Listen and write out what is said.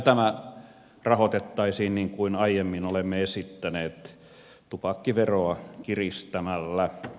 tämä rahoitettaisiin niin kuin aiemmin olemme esittäneet tupakkiveroa kiristämällä